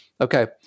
okay